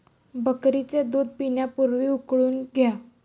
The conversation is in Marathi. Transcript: बकरीचे दूध पिण्यापूर्वी उकळून घ्या